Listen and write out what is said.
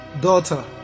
daughter